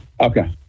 Okay